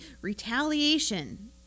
retaliation